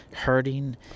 hurting